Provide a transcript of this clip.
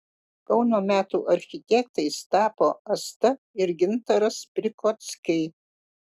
kauno metų architektais tapo asta ir gintaras prikockiai